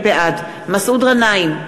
בעד מסעוד גנאים,